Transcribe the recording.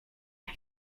jak